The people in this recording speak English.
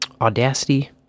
Audacity